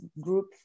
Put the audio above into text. group